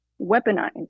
weaponized